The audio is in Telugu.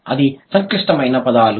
అది సంక్లిష్టమైన పదాలు